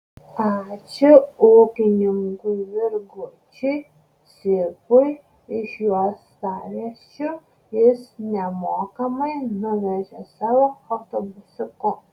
ačiū ūkininkui virgučiui cibui iš juostaviečių jis nemokamai nuvežė savo autobusiuku